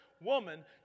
woman